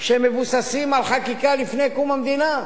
שמבוססים על חקיקה מלפני קום המדינה.